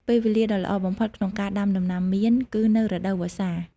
ពេលវេលាដ៏ល្អបំផុតក្នុងការដាំដំណាំមៀន គឺនៅ រដូវវស្សា។